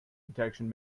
detection